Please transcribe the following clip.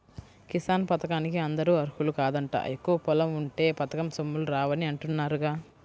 కిసాన్ పథకానికి అందరూ అర్హులు కాదంట, ఎక్కువ పొలం ఉంటే పథకం సొమ్ములు రావని అంటున్నారుగా